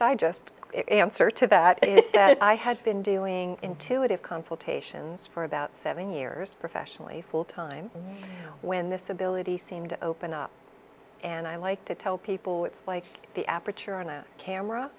digest it answer to that i had been doing intuitive consultations for about seven years professionally full time when this ability seemed to open up and i like to tell people it's like the aperture on a camera